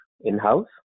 in-house